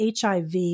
HIV